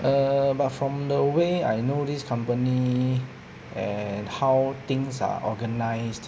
err but from the way I know this company and how things are organised